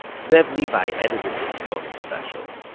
zev levi edited this bonus special.